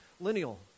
lineal